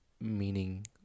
meaning